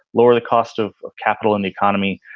lower the cost of of capital in the economy,